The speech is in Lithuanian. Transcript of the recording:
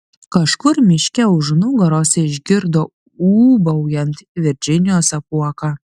kažkur miške už nugaros išgirdo ūbaujant virdžinijos apuoką